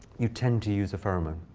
you tend to use a pheromone.